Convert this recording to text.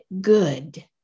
good